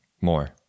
more